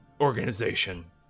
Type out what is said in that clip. Organization